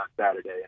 Saturday